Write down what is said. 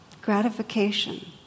Gratification